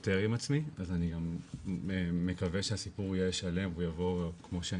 פותר עם עצמי אז אני מקווה שהסיפור יהיה שלם כמו שאני